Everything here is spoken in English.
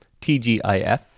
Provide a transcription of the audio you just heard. TGIF